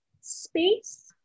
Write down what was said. space